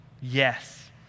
Yes